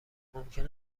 ممکن